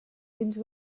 dins